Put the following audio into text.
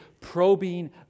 probing